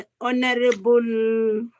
Honorable